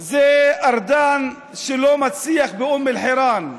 ארדן, שלא מצליח באום אל-חיראן,